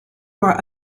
were